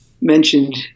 mentioned